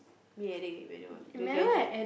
me Eric Emmanuel we will graduate